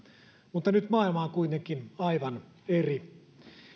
mutta nyt maailma on kuitenkin aivan eri